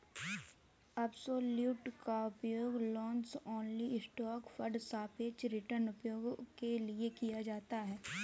absolute का उपयोग long only stock fund सापेक्ष रिटर्न उपायों के लिए किया जाता है